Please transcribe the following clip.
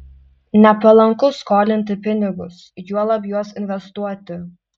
nepalanku skolinti pinigus juolab juos investuoti